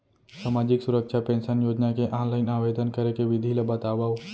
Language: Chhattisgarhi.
सामाजिक सुरक्षा पेंशन योजना के ऑनलाइन आवेदन करे के विधि ला बतावव